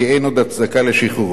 כי אין עוד הצדקה לשחרורו.